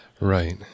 Right